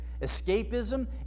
Escapism